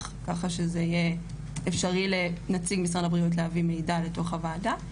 ככה שזה יהיה אפשרי לנציג משרד הבריאות להביא מידע לתוך הוועדה.